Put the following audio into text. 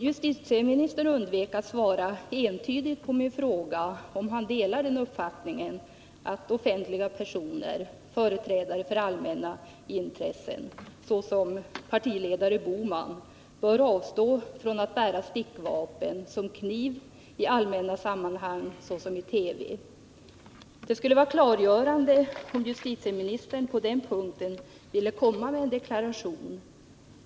Justitieministern undvek att svara entydigt på min fråga, om han delade uppfattningen att offentliga personer och företrädare för allmänna intressen, såsom partiledare Bohman, bör avstå från att bära stickvapen som kniv i allmänna sammanhang, t.ex. i TV. Det skulle vara klargörande, om justitieministern på den punkten ville lämna en deklaration.